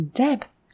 depth